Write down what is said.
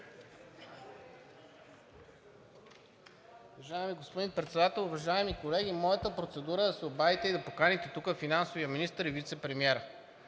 Уважаеми господин Председател, уважаеми колеги! Моята процедура е да се обадите и да поканите тук финансовия министър и вицепремиера.